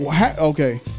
Okay